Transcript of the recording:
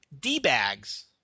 D-bags